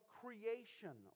creation